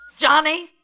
Johnny